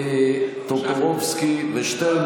טופורובסקי ושטרן,